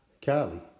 Cali